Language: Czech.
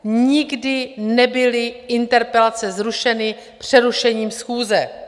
Nikdy nebyly interpelace zrušeny přerušením schůze!